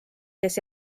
kes